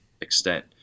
extent